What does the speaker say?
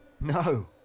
No